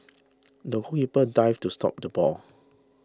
the goalkeeper dived to stop the ball